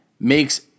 makes